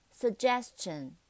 Suggestion